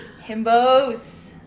Himbos